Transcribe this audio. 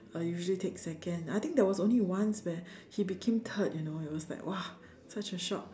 uh usually take second I think there was only once where he became third you know it was like !wow! such a shock